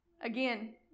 Again